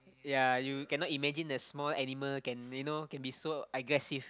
yea you cannot imagine a small animal can you know can be so aggressive